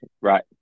Right